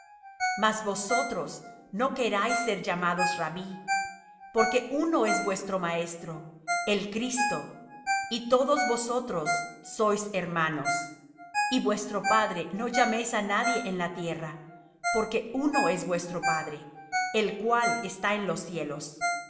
mas vosotros no queráis ser llamados rabbí porque uno es vuestro maestro el cristo y todos vosotros sois hermanos y vuestro padre no llaméis á nadie en la tierra porque uno es vuestro padre el cual está en los cielos